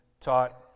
taught